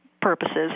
purposes